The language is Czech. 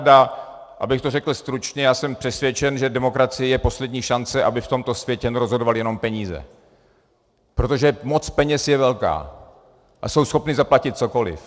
A abych to řekl stručně, jsem přesvědčen, že demokracie je poslední šance, aby v tomto světě nerozhodovaly jenom peníze, protože moc peněz je velká a jsou schopny zaplatit cokoliv.